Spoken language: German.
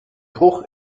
bruch